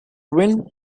reuben